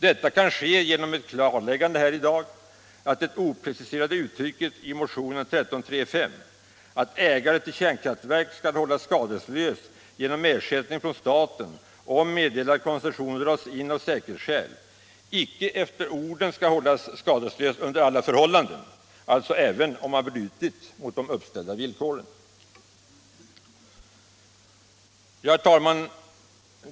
Detta kan ske genom ett klarläggande här i dag, att det opreciserade uttrycket i motionen 1335 att ”ägare till kärnkraftverk skall hållas skadeslös genom ersättning av staten, om meddelad koncession dras in av säkerhetsskäl” icke efter orden innebär att ägaren skall hållas skadeslös under alla förhållanden, alltså även om han brutit mot uppställda villkor. Herr talman!